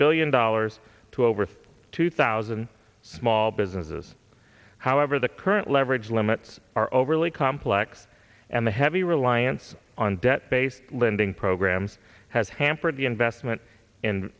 billion dollars to over two thousand small businesses however the current leverage limits are overly complex and the heavy reliance on debt based lending programs has hampered the investment in